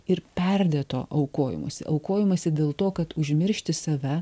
ir perdėto aukojimosi aukojimosi dėl to kad užmiršti save